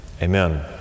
amen